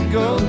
go